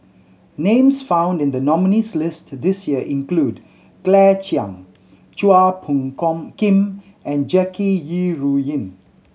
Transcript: names found in the nominees' list this year include Claire Chiang Chua Phung Kim and Jackie Yi Ru Ying